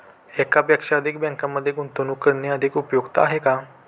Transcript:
एकापेक्षा अधिक बँकांमध्ये गुंतवणूक करणे अधिक उपयुक्त आहे का?